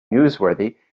newsworthy